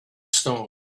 stones